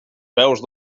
veus